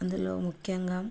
అందులో ముఖ్యంగా